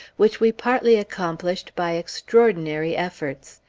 which we partly accomplished by extraordinary efforts.